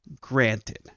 granted